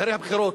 אחרי הבחירות